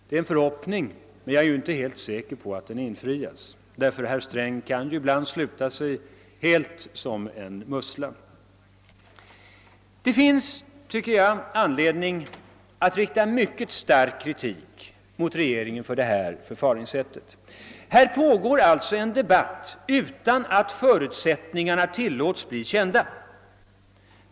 Det är en förhoppning, men jag är inte helt säker på att den infrias, därför att herr Sträng ju ibland kan sluta sig helt som en mussla. Jag tycker att det finns anledning att rikta mycket stark kritik mot regringen för detta förfaringssätt. Här pågår alltså en debatt utan att förutsättningarna tillåts att bli kända.